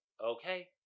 Okay